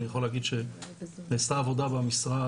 אני יכול להגיד שנעשתה עבודה במשרד